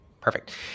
Perfect